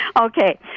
Okay